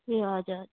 ए हजुर